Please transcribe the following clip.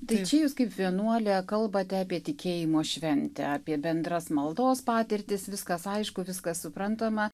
tai čia jūs kaip vienuolė kalbate apie tikėjimo šventę apie bendras maldos patirtis viskas aišku viskas suprantama